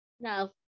No